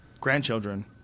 Grandchildren